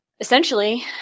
essentially